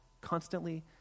constantly